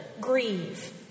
grieve